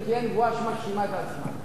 זו תהיה נבואה שמגשימה את עצמה.